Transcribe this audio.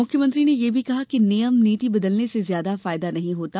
मुख्यमंत्री ने यह भी कहा कि नियम नीति बदलने से ज्यादा फायदा नहीं होता